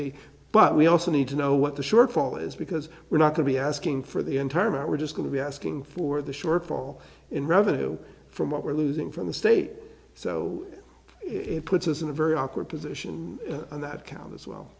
be but we also need to know what the shortfall is because we're not going to be asking for the entire amount we're just going to be asking for the shortfall in revenue from what we're losing from the state so it puts us in a very awkward position on that count as well